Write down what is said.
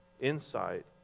insight